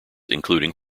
including